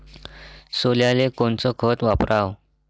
सोल्याले कोनचं खत वापराव?